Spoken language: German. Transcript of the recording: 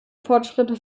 fortschritte